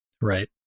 Right